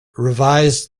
revised